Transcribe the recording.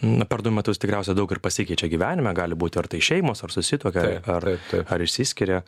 na per du metus tikriausiai daug ir pasikeičia gyvenime gali būti ir tai šeimos ar susituokia ar ar ar išsiskiria